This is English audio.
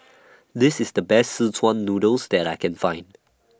This IS The Best Szechuan Noodles that I Can Find